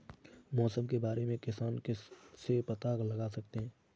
मौसम के बारे में किसान किससे पता लगा सकते हैं?